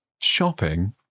Shopping